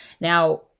Now